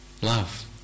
Love